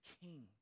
king